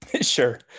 sure